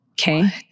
Okay